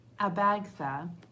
Abagtha